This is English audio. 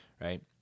Right